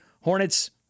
Hornets